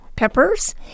peppers